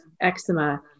eczema